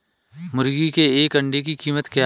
मुर्गी के एक अंडे की कीमत क्या है?